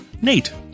Nate